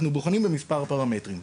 אנחנו בוחנים במספר פרמטרים.